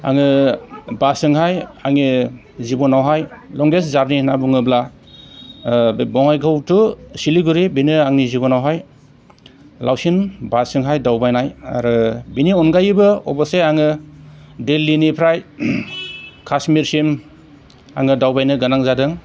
आङो बासजोंहाय आंनि जिब'नावहाय लंगेस्ट जारनि होनना बुङोब्ला बे बङाइगाव टु सिलिगुरि बेनो आंनि जिब'नावहाय लावसिन बासजोंहाय दावबायनाय आरो बिनि अनगायैबो अबससे आङो दिल्लीनिफ्राय कासमिरसिम आङो दावबायनो गोनां जादों